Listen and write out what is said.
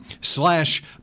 slash